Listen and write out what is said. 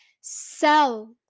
sell